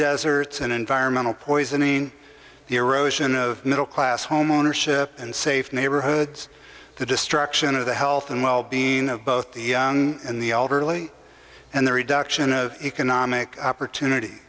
deserts and environmental poisoning the erosion of middle class homeownership and safe neighborhoods the destruction of the health and well being of both the young and the elderly and the reduction of economic opportunity